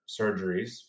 surgeries